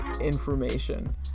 information